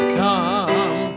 come